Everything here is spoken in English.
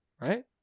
right